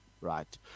right